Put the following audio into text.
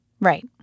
Right